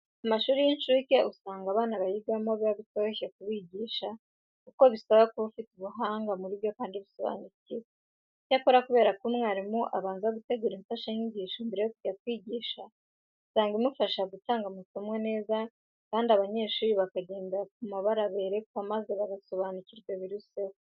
Amashuri y'inshuke usanga abana bayigamo biba bitoroshye kubigisha kuko bisaba kuba ufite ubuhanga muri byo kandi ubisobanukiwe. Icyakora kubera ko umwarimu abanza gutegura imfashanyigisho mbere yo kujya kwigisha, usanga imufasha gutanga amasomo neza kandi abanyeshuri bakagendera ku mabara berekwa maze bagasobanukirwa biruseho.